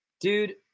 dude